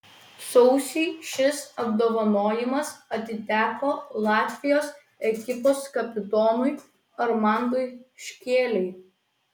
sausį šis apdovanojimas atiteko latvijos ekipos kapitonui armandui škėlei